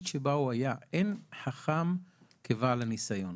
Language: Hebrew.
שבה הוא היה אין חכם כבעל הניסיון.